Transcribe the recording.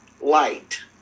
light